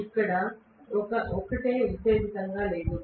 ఇది ఒక్కటే ఉత్తేజితం గా లేదు